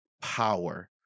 power